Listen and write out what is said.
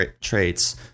traits